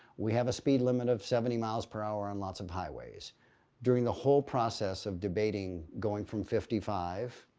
we have a speed limit of seventy miles per hour on lots of highways during the whole process of debating going from fifty five,